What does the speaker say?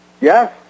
Yes